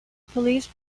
police